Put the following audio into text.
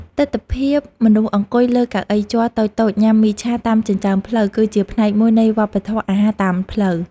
ទិដ្ឋភាពមនុស្សអង្គុយលើកៅអីជ័រតូចៗញ៉ាំមីឆាតាមចិញ្ចើមផ្លូវគឺជាផ្នែកមួយនៃវប្បធម៌អាហារតាមផ្លូវ។